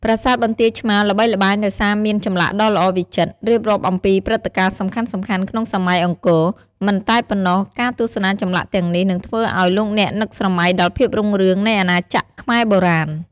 ប្រាសាទបន្ទាយឆ្មារល្បីល្បាញដោយសារមានចម្លាក់ដ៏ល្អវិចិត្រ រៀបរាប់អំពីព្រឹត្តិការណ៍សំខាន់ៗក្នុងសម័យអង្គរ មិនតែប៉ុណ្ណោះការទស្សនាចម្លាក់ទាំងនេះនឹងធ្វើឱ្យលោកអ្នកនឹកស្រមៃដល់ភាពរុងរឿងនៃអាណាចក្រខ្មែរបុរាណ។